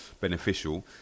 beneficial